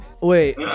Wait